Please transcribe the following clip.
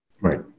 Right